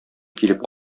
килеп